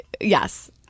Yes